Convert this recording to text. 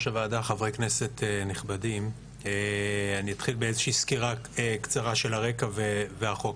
אני אתחיל בסקירה קצרה של הרקע והחוק.